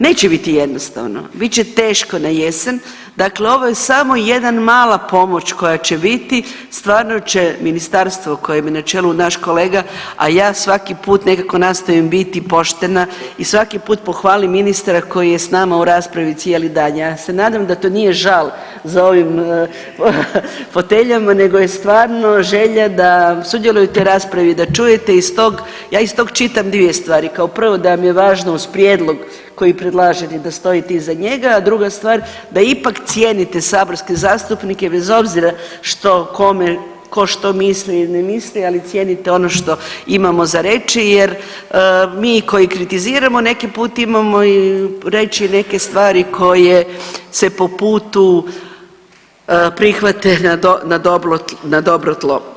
Neće biti jednostavno, bit će teško na jesen, dakle ovo je samo jedan mala pomoć koja će biti, stvarno će ministarstvo kojem je na čelu naš kolega, a ja svaki put nekako nastojim biti poštena i svaki put pohvalim ministra koji je s nama u raspravi cijeli dan, ja se nadam da to nije žal za ovim foteljama nego je stvarno želja da sudjelujete u raspravi, da čujete iz tog, ja iz tog čitam dvije stvari, kao prvo da mi je važno uz prijedlog koji predlažete da stojite iza njega, a druga stvar da ipak cijenite saborske zastupnike bez obzira što kome, ko što misli ili ne misli, ali cijenite ono što imamo za reći jer mi koji kritiziramo neki put imamo i reći neke stvari koje se po putu prihvate na dobro tlo.